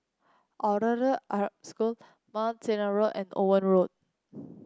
Arab School Mount Sinai Road and Owen Road